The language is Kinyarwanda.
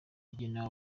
igenewe